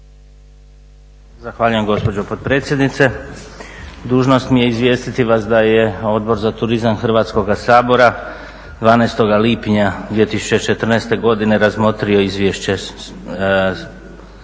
Zahvaljujem gospođo potpredsjednice. Dužnost mi je izvijestiti vas da je Odbor za turizam Hrvatskoga sabora 12. lipnja 2014. godine razmotrio Izvješće